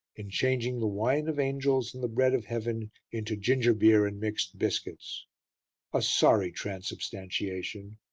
in changing the wine of angels and the bread of heaven into gingerbeer and mixed biscuits a sorry transubstantiation,